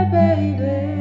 baby